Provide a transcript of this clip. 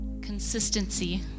Consistency